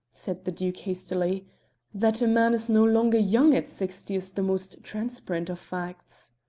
said the duke hastily that a man is no longer young at sixty is the most transparent of facts.